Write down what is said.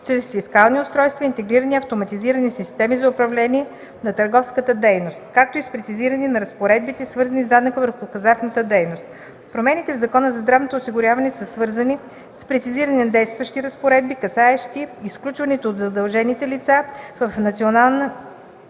чрез фискални устройства и интегрирани автоматизирани системи за управление на търговската дейност, както и с прецизиране на разпоредбите, свързани с данъка върху хазартната дейност. Промените в Закона за здравното осигуряване са свързани с прецизиране на действащи разпоредби, касаещи изключването от задължените лица в Националната